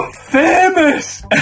famous